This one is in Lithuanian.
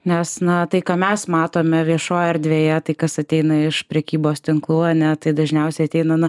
nes na tai ką mes matome viešojoj erdvėje tai kas ateina iš prekybos tinklų ane tai dažniausiai ateina na